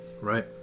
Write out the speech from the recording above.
Right